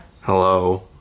hello